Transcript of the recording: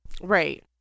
right